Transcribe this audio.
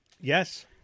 Yes